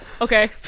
okay